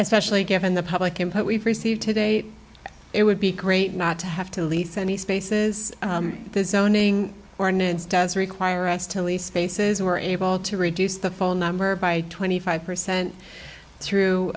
especially given the public input we've received today it would be great not to have to lease any spaces the zoning ordinance does require us to lease spaces were able to reduce the phone number by twenty five percent through